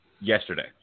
Yesterday